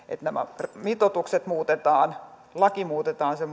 nämä mitoitukset muutetaan laki muutetaan sen